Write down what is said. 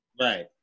Right